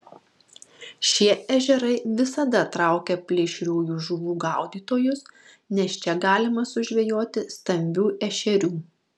šie ežerai visada traukia plėšriųjų žuvų gaudytojus nes čia galima sužvejoti stambių ešerių